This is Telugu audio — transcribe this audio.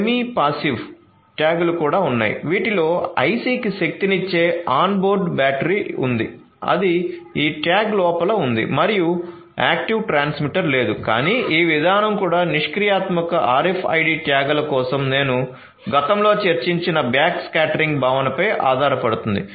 సెమీ పాసివ్ ట్యాగ్లు కూడా ఉన్నాయి వీటిలో IC కి శక్తినిచ్చే ఆన్బోర్డ్ బ్యాటరీ ఉంది అది ఈ ట్యాగ్ల లోపల ఉంది మరియు యాక్టివ్ ట్రాన్స్మిటర్ లేదు కానీ ఈ విధానం కూడా నిష్క్రియాత్మక RFID ట్యాగ్ల కోసం నేను గతంలో చర్చించిన బ్యాక్స్కాటరింగ్ భావనపై ఆధారపడుతుంది